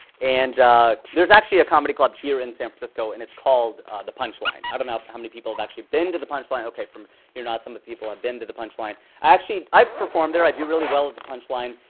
and there's actually a comedy club here in san francisco and it's called the punch line. i don't know how many people have actually been to the punch line. ok, from your nods, some of the people have been to the punch line. actually, i perform there. i do really well at the punch line,